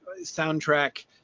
soundtrack